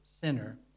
sinner